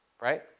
Right